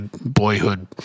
boyhood